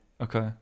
Okay